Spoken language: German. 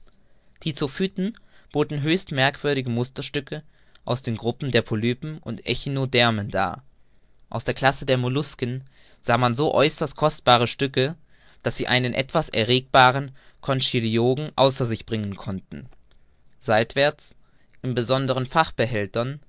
die zoophyten boten höchst merkwürdige musterstücke aus den gruppen der polypen und echinodermen dar aus der klasse der mollusken sah man so äußerst kostbare stücke daß sie einen etwas erregbaren conchyliogen außer sich bringen konnten seitwärts in besonderen